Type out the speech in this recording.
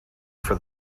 for